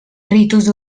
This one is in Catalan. ritus